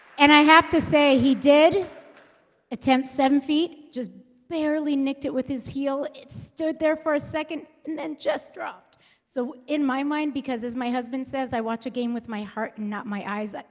and i have to say he did attempt seven feet just barely nicked it with his heel it stood there for a second and then just dropped so in my mind because as my husband says i watch a game with my heart and not my eyes.